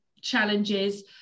challenges